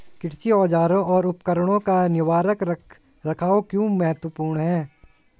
कृषि औजारों और उपकरणों का निवारक रख रखाव क्यों महत्वपूर्ण है?